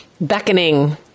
beckoning